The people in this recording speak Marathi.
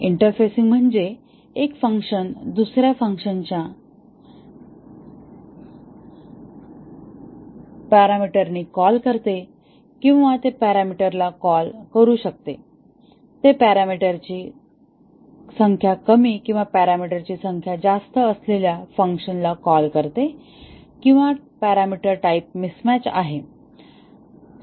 इंटरफेसिंग म्हणजे एक फंक्शन दुसर्या फंक्शनला चुकीच्या पॅरामीटरने कॉल करते किंवा ते पॅरामीटरला कॉल करू शकते ते पॅरामीटरची कमी संख्या किंवा पॅरामीटर्सची जास्त संख्या असलेल्या फंक्शनला कॉल करते किंवा पॅरामीटर टाइप मिसमॅच आहे